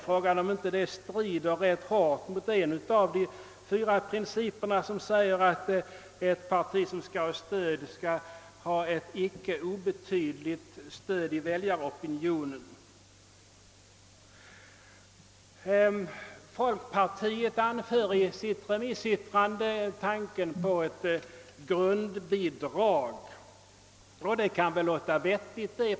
Frågan är om inte detta strider mot en av de fyra principerna, vilken säger att ett parti för att erhålla detta ekonomiska bidrag skall ha »ett betydande stöd i väljaropinionen«. Folkpartiet för i sitt yttrande fram tanken på ett grundbidrag. Detta kan låta vettigt.